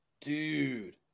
Dude